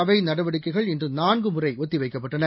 அவை நடவடிக்கைகள் இன்று நான்குமுறை ஒத்திவைக்கப்பட்டன